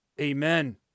amen